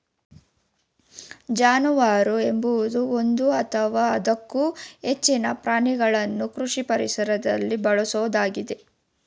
ಜಾನುವಾರು ಎಂಬುದು ಒಂದು ಅಥವಾ ಅದಕ್ಕೂ ಹೆಚ್ಚಿನ ಪ್ರಾಣಿಗಳನ್ನು ಕೃಷಿ ಪರಿಸರದಲ್ಲಿ ಬೇಳೆಸೋದಾಗಿದೆ